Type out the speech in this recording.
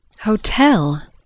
hotel